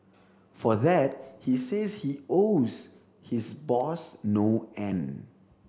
for that he says he owes his boss no end